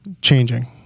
changing